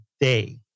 day